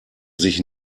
sich